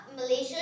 Malaysia